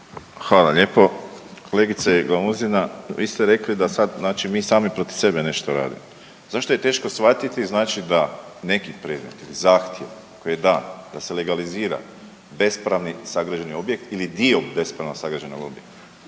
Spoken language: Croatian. Hvala lijepo. Kolegice Glamuzina, vi ste rekli da sad, znači mi sami protiv sebe nešto radimo. Zašto je teško shvatiti, znači da, neki predmeti, zahtjevi, ako je dan da se legalizira bespravni sagrađeni objekt, ili dio bespravno sagrađenog objekta,